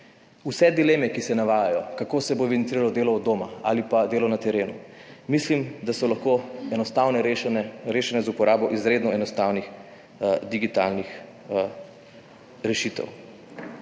vse dileme, ki se navajajo, kako se bo evidentiralo delo od doma ali pa delo na terenu, mislim, da so lahko enostavno rešene, rešene z uporabo izredno enostavnih digitalnih rešitev.